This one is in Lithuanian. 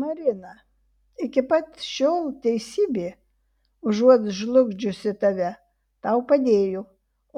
marina iki pat šiol teisybė užuot žlugdžiusi tave tau padėjo